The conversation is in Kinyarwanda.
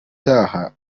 haraba